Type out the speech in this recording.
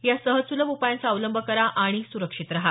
या सहज सुलभ उपायांचा अवलंब करा आणि सुरक्षित रहा